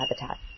habitat